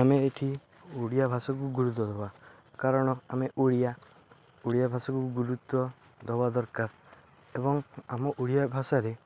ଆମେ ଏଇଠି ଓଡ଼ିଆ ଭାଷାକୁ ଗୁରୁତ୍ୱ ଦେବା କାରଣ ଆମେ ଓଡ଼ିଆ ଓଡ଼ିଆ ଭାଷାକୁ ଗୁରୁତ୍ୱ ଦେବା ଦରକାର ଏବଂ ଆମ ଓଡ଼ିଆ ଭାଷାରେ